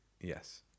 Yes